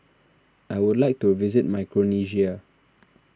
I would like to visit Micronesia